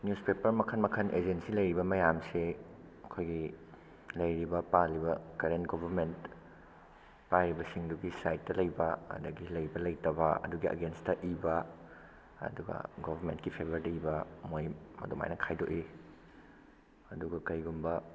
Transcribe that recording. newspaper ꯃꯈꯜ ꯃꯈꯜ agency ꯂꯩꯔꯤꯕ ꯃꯌꯥꯝꯁꯤ ꯃꯈꯣꯏꯒꯤ ꯂꯩꯔꯤꯕ ꯄꯥꯜꯂꯤꯕ ꯀꯔꯦꯟ ꯒꯣꯕꯔꯃꯦꯟ ꯄꯥꯏꯔꯤꯕꯁꯤꯡꯗꯨꯒꯤ ꯁꯥꯏꯠꯇ ꯂꯩꯕ ꯑꯗꯒꯤ ꯂꯩꯕ ꯂꯩꯇꯕ ꯑꯗꯨꯒꯤ ꯑꯦꯒꯦꯟꯁꯇ ꯏꯕ ꯑꯗꯨꯒ ꯒꯣꯕꯔꯃꯦꯟꯀꯤ ꯐꯦꯕꯦꯔꯗ ꯏꯕ ꯃꯣꯏ ꯑꯗꯨꯃꯥꯏꯅ ꯈꯥꯏꯗꯣꯛꯏ ꯑꯗꯨꯒ ꯀꯩꯒꯨꯝꯕ